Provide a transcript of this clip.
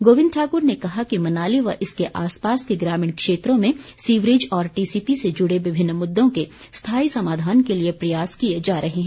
गोविंद ठाकुर ने कहा कि मनाली व इसके आसपास के ग्रामीण क्षेत्रों में सीवरेज और टीसीपी से जुड़े विभिन्न मुद्दों के स्थायी समाधान के लिए प्रयास किए जा रहे हैं